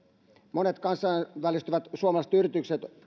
monet kansainvälistyvät suomalaiset yritykset